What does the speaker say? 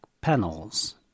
Panels